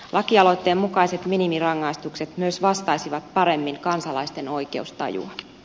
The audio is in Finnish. lakialoitteen mukaiset minimirangaistukset myös vastaisivat paremmin kansalaisten oikeustajua